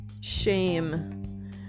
shame